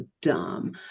dumb